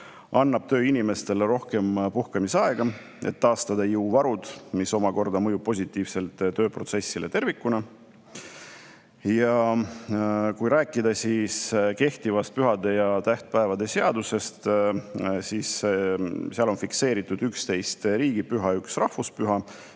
annab tööinimestele rohkem puhkamisaega, et taastada jõuvarusid. See omakorda mõjub positiivselt tööprotsessile tervikuna. Kui rääkida kehtivast pühade ja tähtpäevade seadusest, siis seal on fikseeritud 11 riigipüha ja üks rahvuspüha,